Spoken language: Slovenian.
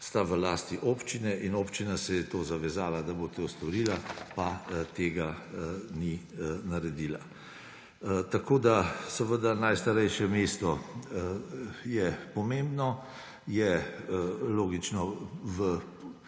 sta v lasti občine in občina se je to zavezala, da bo to storila, pa tega ni naredila. Seveda, najstarejše mesto je pomembno, je logično v